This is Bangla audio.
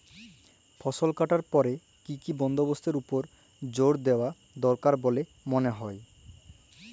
ফসলকাটার পরে কি কি বন্দবস্তের উপর জাঁক দিয়া দরকার বল্যে মনে হয়?